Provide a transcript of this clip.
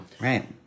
right